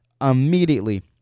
immediately